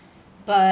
but